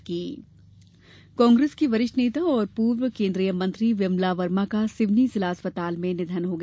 विमला वर्मा निधन कांग्रेस की वरिष्ठ नेता और पूर्व केन्द्रीय मंत्री विमला वर्मा का सिवनी जिला अस्पताल में निधन हो गया